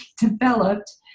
developed